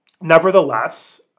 nevertheless